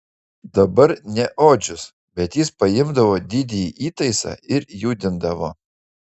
dabar ne odžius bet jis paimdavo didįjį įtaisą ir judindavo